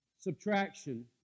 subtraction